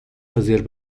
fazer